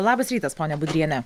labas rytas ponia budriene